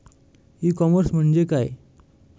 E commerce म्हणजे काय?